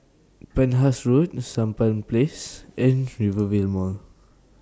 Penhas Road Sampan Place and Rivervale Mall